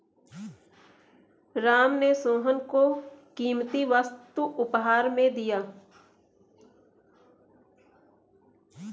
राम ने सोहन को कीमती वस्तु उपहार में दिया